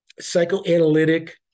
psychoanalytic